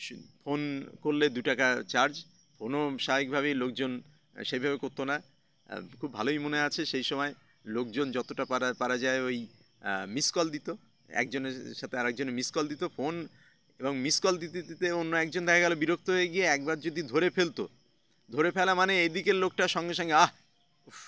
সু ফোন করলে দুটাকা চার্জ স্বাভাবিকভাবেই লোকজন সেভাবে করতো না খুব ভালোই মনে আছে সেই সময় লোকজন যতটা পারা পারা যায় ওই মিস কল দিতো একজনের সাথে আরেকজনের মিস ক কল দিতো ফোন এবং মিস কল দিতে দিতে অন্য একজন থাকে গেলে বিরক্ত হয়ে গিয়ে একবার যদি ধরে ফেলতো ধরে ফেলা মানে এই দিকের লোকটা সঙ্গে সঙ্গে আহ